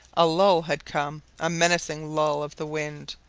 a lull had come, a menacing lull of the wind,